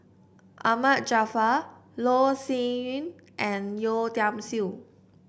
Ahmad Jaafar Loh Sin Yun and Yeo Tiam Siew